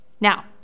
Now